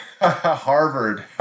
Harvard